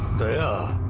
the